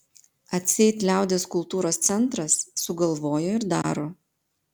atseit liaudies kultūros centras sugalvojo ir daro